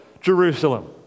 Jerusalem